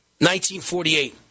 1948